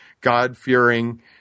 God-fearing